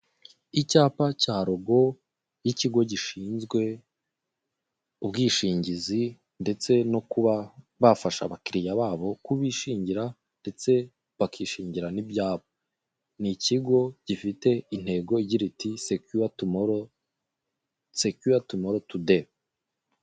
Icyapa cya logo y'ikigo gishinzwe ubwishingizi ndetse no kuba bafasha abakiriya babo kubishingira, ndetse bakishingira n'ibyabo, ni ikigo gifite intego igira iti sekiyuwa tumoro, sekiyuwa tumoro tude.